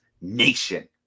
Nation